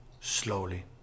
slowly